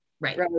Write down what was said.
right